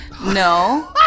No